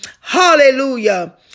hallelujah